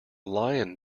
lion